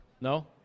No